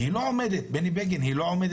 כי היא לא עומדת, בני בגין היא לא עומדת.